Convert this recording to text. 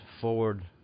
forward